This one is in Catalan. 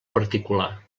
particular